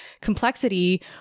complexity